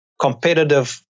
competitive